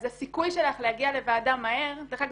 הסיכוי שלך להגיע לוועדה מהר --- דרך אגב,